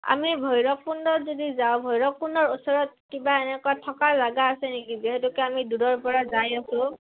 আমি ভৈৰৱকুণ্ডত যদি যাওঁ ভৈৰৱকুণ্ডৰ ওচৰত কিবা এনেকুৱা থকা জেগা আছে নেকি যিহেতুকে আমি দূৰৰপৰা যায় আছোঁ